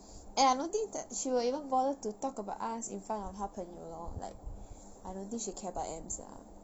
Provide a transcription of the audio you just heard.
and I noticed that she will even bother to talk about us in front of 她朋友 lor like I don't think she care about them sia